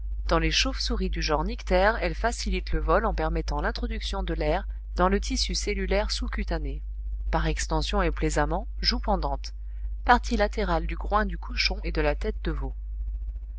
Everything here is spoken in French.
dans les chauves-souris du genre nyctère elles facilitent le vol en permettant l'introduction de l'air dans le tissu cellulaire sous cutané par extension et plaisamment joues pendantes parties latérales du groin du cochon et de la tête de veau